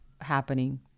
happening